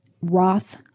Roth